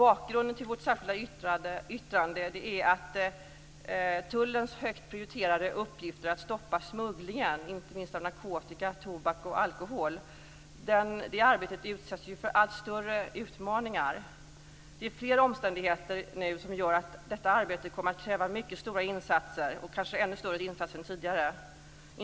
Bakgrunden till vårt särskilda yttrande är att tullens högt prioriterade uppgift att stoppa smugglingen, inte minst av narkotika, tobak och alkohol, ju utsätts för allt större utmaningar. Det är flera omständigheter nu som gör att detta arbete kommer att kräva mycket stora insatser, kanske ännu större insatser än tidigare.